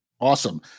Awesome